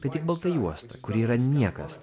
tai tik balta juosta kuri yra niekas